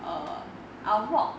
err I'll walk